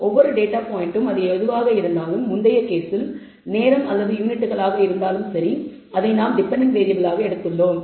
ஒவ்வொரு டேட்டா பாயிண்ட்டும் அது எதுவாக இருந்தாலும் முந்தைய கேஸில் நேரம் அல்லது யூனிட்களாக இருந்தாலும் சரி அதை நாம் டெபென்டென்ட் வேறியபிளாக எடுத்துள்ளோம்